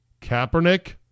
Kaepernick